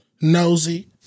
nosy